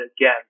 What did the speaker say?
again